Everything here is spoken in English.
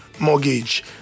mortgage